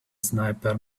sniper